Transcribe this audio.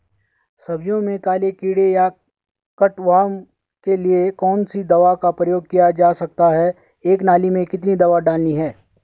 सब्जियों में काले कीड़े या कट वार्म के लिए कौन सी दवा का प्रयोग किया जा सकता है एक नाली में कितनी दवा डालनी है?